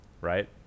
right